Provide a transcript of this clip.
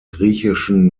griechischen